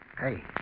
Hey